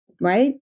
right